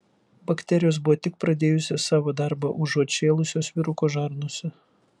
bakterijos buvo tik pradėjusios savo darbą užuot šėlusios vyruko žarnose